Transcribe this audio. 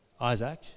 Isaac